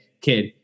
kid